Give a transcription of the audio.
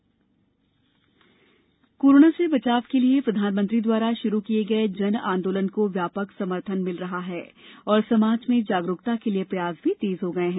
जन आंदोलन कोरोना से बचाव के लिए प्रधानमंत्री द्वारा शुरू किये गये जन आंदोलन को व्यापक समर्थन मिल रहा है और समाज में जागरूकता के लिए प्रयास तेज हो गये है